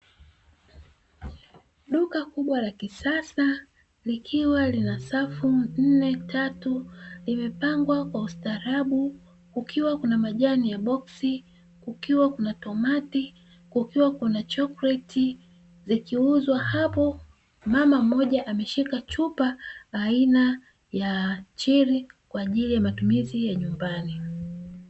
Duka kubwa la kisasa, likiwa lina safi nne tatu limepangwa kwa ustaarabu; kukiwa kuna majani ya boksi, kukiwa kuna tomato, kukiwa kuna chokleti zikiuzwa hapo, Mama mmoja ameshika chupa aina ya chili kwa ajili ya matumizi ya nyumbani.